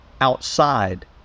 outside